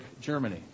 Germany